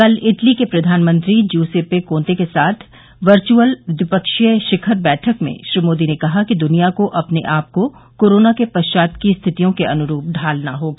कल इटली के प्रधानमंत्री ज्युसेप्पे कॉते के साथ वर्च्यअल द्विपक्षीय शिखर बैठक में श्री मोदी ने कहा कि दुनिया को अपने आप को कोरोना पश्चात की स्थितियों के अनुरूप ढ़ालना होगा